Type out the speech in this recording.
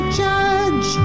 judge